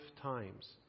times